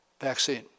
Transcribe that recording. vaccine